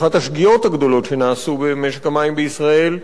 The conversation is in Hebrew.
אחת השגיאות הגדולות שנעשו במשק המים בישראל,